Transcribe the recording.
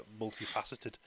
multifaceted